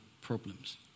problems